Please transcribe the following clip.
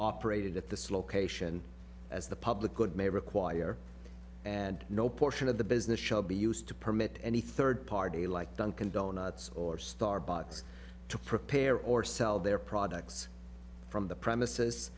operated at this location as the public good may require and no portion of the business shall be used to permit any third party like dunkin donuts or starbucks to prepare or sell their products from the premises